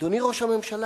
אדוני ראש הממשלה,